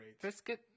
brisket